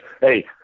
hey